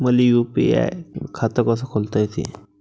मले यू.पी.आय खातं कस खोलता येते?